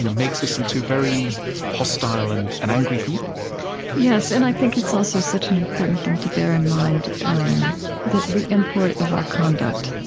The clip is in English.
you know makes us into very hostile and and angry people yes. and i think it's also such an important thing to bear in mind um that the import of our conduct,